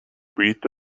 breathed